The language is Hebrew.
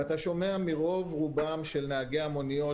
אתה שומע מרוב רובם של נהגי המוניות